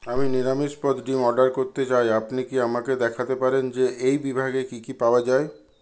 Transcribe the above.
আমি নিরামিষ পদ ডিম অর্ডার করতে চাই আপনি কি আমাকে দেখাতে পারেন যে এই বিভাগে কি কি পাওয়া যায়